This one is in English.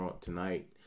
tonight